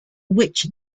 which